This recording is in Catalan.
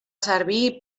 servir